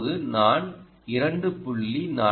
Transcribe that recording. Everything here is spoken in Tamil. இப்போது நான் 2